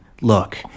Look